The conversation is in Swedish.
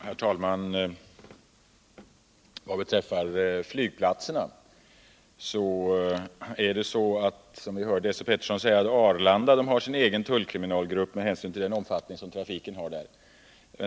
Herr talman! Vad beträffar flygplatserna är det så att Arlanda, som Esse Petersson sade, har sin egen tullkriminalgrupp, med hänsyn till den omfattning trafiken har där.